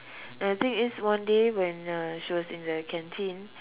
and the thing is one day when uh she was in the canteen